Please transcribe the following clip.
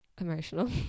emotional